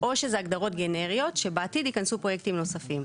או שזה הגדרות גנריות שבעתיד ייכנסו פרויקטים נוספים.